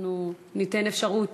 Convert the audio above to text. אנחנו ניתן אפשרות,